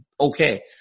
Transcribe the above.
okay